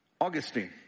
Augustine